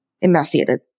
emaciated